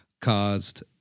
caused